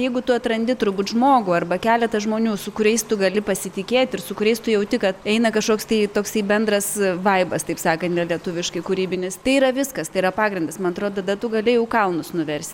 jeigu tu atrandi turbūt žmogų arba keletą žmonių su kuriais tu gali pasitikėti ir su kuriais tu jauti kad eina kažkoks tai toks bendras vaibas taip sakant ne lietuviškai kūrybinis tai yra viskas tai yra pagrindas man atrodo tada tu gali jau kalnus nuverst